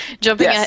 jumping